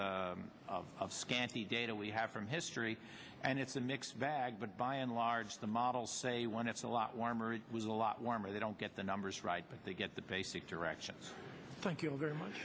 kind of scanty data we have from history and it's a mixed bag but by and large the model say one it's a lot warmer with a lot warmer they don't get the numbers right but they get the basic direction thank you very much